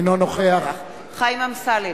אינו נוכח חיים אמסלם,